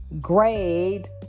grade